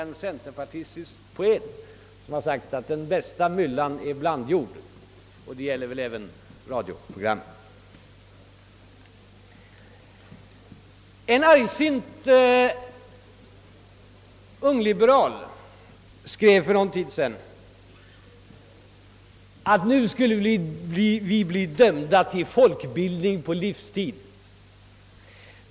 En centerpartistisk poet säger att den bästa myllan är blandjord, och det gäller väl även radioprogrammen. En argsint ungliberal skrev för någon tid sedan att nu skulle vi bli dömda till folkbildning på livstid.